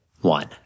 One